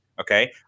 Okay